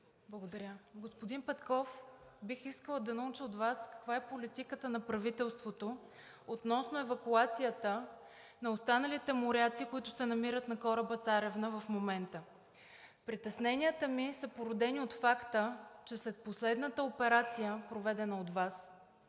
Благодаря. Господин Петков, бих искала да науча от Вас каква е политиката на правителството относно евакуацията на останалите моряци, които се намират на кораба „Царевна“ в момента? Притесненията ми са породени от факта, че след последната операция, проведена от Вас,